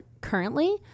currently